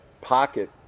pocket